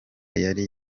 yari